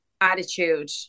attitude